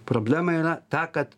problema yra ta kad